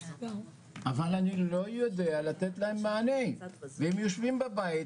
אבל אני לא יודע לתת להם מענים, והם יושבים בבית,